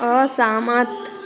असहमत